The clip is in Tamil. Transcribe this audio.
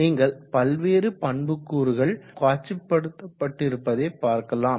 நீங்கள் பல்வேறு பண்பக்கூறுகள் இங்கு காட்சிபடுத்தப்பட்டிருப்பதை பார்க்கலாம்